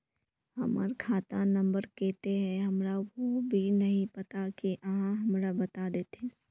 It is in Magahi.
हमर खाता नम्बर केते है हमरा वो भी नहीं पता की आहाँ हमरा बता देतहिन?